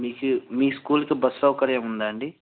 మీకు మీ స్కూల్కి బస్ సౌకర్యంముందా అండి